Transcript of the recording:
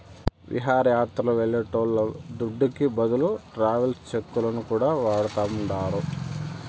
విహారయాత్రలు వెళ్లేటోళ్ల దుడ్డుకి బదులు ట్రావెలర్స్ చెక్కులను కూడా వాడతాండారు